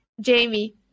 Jamie